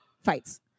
Fights